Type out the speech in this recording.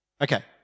Okay